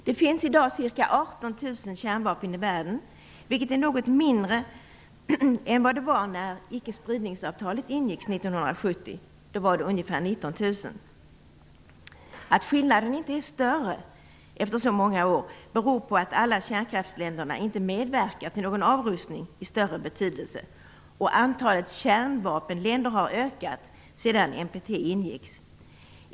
Det finns i dag ca 18 000 kärnvapen i världen, vilket är något mindre än vad det var när ickespridningsavtalet ingicks 1970. De var då ungefär 19 000. Att skillnaden inte är större efter så många år beror på att alla kärnkraftsländerna inte medverkat till någon avrustning av större betydelse, och antalet kärnvapenländer har ökat sedan NPT ingicks.